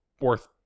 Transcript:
worth